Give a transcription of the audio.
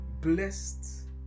blessed